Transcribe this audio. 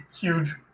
huge